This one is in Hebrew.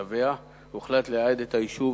הוחלט לייעד את היישוב